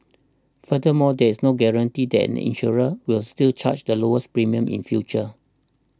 furthermore there is no guarantee that insurer will still charge the lowest premiums in future